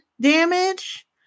damage